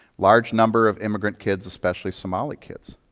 large number of immigrant kids, especially somali kids,